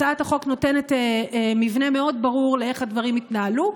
הצעת החוק נותנת מבנה מאוד ברור של איך הדברים יתנהלו,